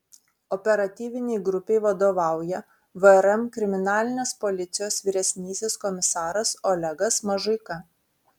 operatyvinei grupei vadovauja vrm kriminalinės policijos vyresnysis komisaras olegas mažuika